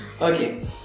Okay